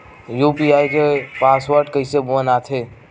UPI के password कइसे बनाथे?